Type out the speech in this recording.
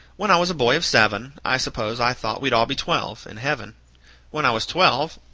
when i was a boy of seven, i suppose i thought we'd all be twelve, in heaven when i was twelve,